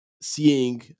seeing